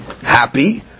happy